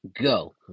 go